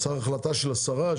צריך החלטה של השרה?